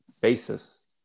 basis